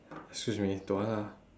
excuse me don't want lah